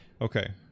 Okay